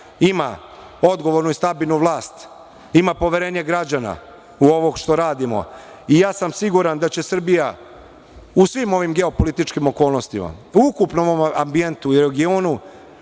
ima odgovornu i stabilnu vlast, ima poverenje građana u ovo što radimo i siguran sam da će Srbija u svim ovim geopolitičkim okolnostima, u ukupnom ambijentu i regionu